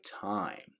time